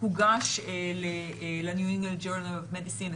הוגש ל-New England Journal of Medicine.